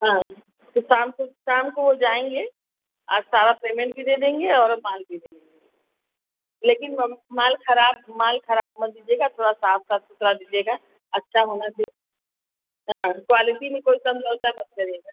हाँ तो शाम को शाम को वह जाएँगे आज सारा पेमेंट भी दे देंगे और माल भी ले लेंगे लेकिन माल खराब माल खराब मत दीजिएगा थोड़ा साफ साफ सुथरा दीजिएगा अच्छा होना चाहिए हाँ क्वॉलिटी में कोई समझौता मत करिएगा